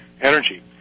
energy